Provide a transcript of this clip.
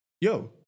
Yo